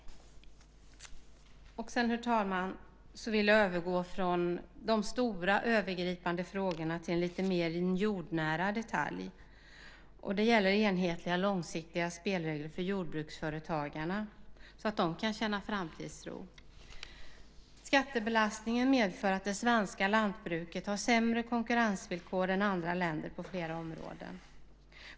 Herr talman! Jag vill övergå från de stora övergripande frågorna till en lite mer jordnära detalj. Det gäller enhetliga och långsiktiga spelregler för jordbruksföretagarna så att de kan känna framtidstro. Skattebelastningen medför att det svenska lantbruket har sämre konkurrensvillkor än lantbruket i andra länder på flera områden.